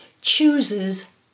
chooses